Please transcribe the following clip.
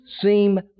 seem